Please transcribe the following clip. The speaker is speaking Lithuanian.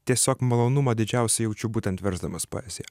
tiesiog malonumą didžiausią jaučiu būtent versdamas poeziją